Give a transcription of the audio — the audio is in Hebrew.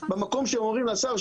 במקום שהם אומרים לשר,